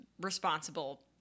responsible